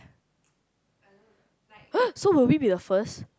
!huh! so will we be the first